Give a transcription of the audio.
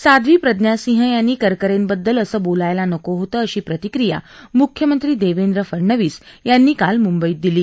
साध्वी प्रज्ञासिंह यांनी करकरेंबद्दल असं बोलायला नको होतं अशी प्रतिक्रीया मुख्यमंत्री देवेंद्र फडणवीस यांनी काल मुंबईत दिली